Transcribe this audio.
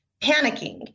panicking